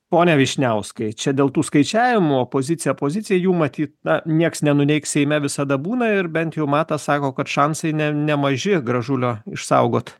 pone vyšniauskai čia dėl tų skaičiavimų opozicija pozicija jų matyt na nieks nenuneigs seime visada būna ir bent jau matas sako kad šansai ne nemaži gražulio išsaugot